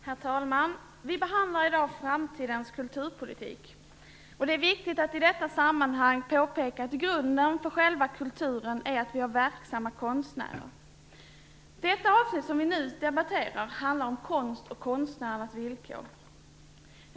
Herr talman! Vi behandlar i dag framtidens kulturpolitik, och det är viktigt att i detta sammanhang påpeka att grunden för själva kulturen är att vi har verksamma konstnärer. Det avsnitt som vi nu debatterar handlar om konst och konstnärernas villkor.